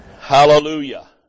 Hallelujah